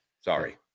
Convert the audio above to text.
sorry